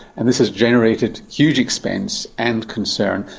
and this has generated huge expense and concern,